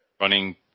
Running